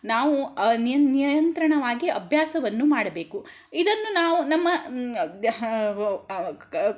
ನಾವು ನಿಯಂತ್ರಣವಾಗಿ ಅಭ್ಯಾಸವನ್ನು ಮಾಡಬೇಕು ಇದನ್ನು ನಾವು ನಮ್ಮ